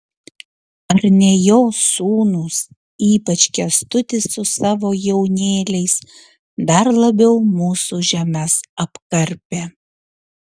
ar ne jo sūnūs ypač kęstutis su savo jaunėliais dar labiau mūsų žemes apkarpė